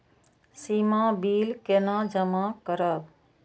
सीमा bill केना जमा करब?